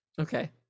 okay